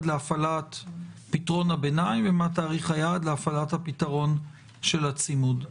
להפעלת פתרון הביניים ומה תאריך היעד להפעלת הפתרון של הצימוד.